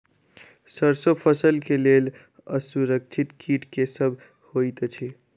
सैरसो फसल केँ लेल असुरक्षित कीट केँ सब होइत अछि?